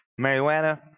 marijuana